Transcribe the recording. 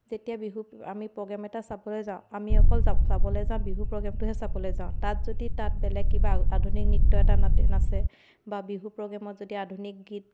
যেতিয়া বিহু আমি প্ৰগ্ৰেম এটা চাবলৈ যাওঁ আমি অকল যা চাবলৈ যাওঁ বিহু প্ৰগ্ৰেমটোহে চাবলৈ যাওঁ তাত যদি তাত বেলেগ কিবা আধুনিক নৃত্য এটা নাতে নাচে বা বিহু প্ৰগ্ৰেমত যদি আধুনিক গীত